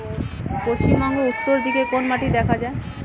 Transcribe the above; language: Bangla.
পশ্চিমবঙ্গ উত্তর দিকে কোন মাটি দেখা যায়?